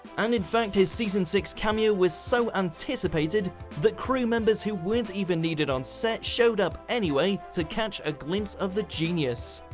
and in fact, his season six cameo was so anticipated that crew members who weren't even needed on set showed up anyway to catch a glimpse of the genius.